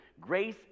Grace